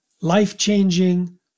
life-changing